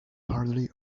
hardly